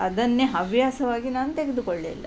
ಅದನ್ನೇ ಹವ್ಯಾಸವಾಗಿ ನಾನು ತೆಗೆದುಕೊಳ್ಳಲಿಲ್ಲ